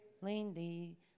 Lindy